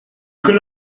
could